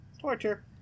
torture